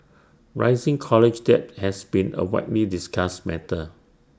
rising college debt has been A widely discussed matter